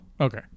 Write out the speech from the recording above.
Okay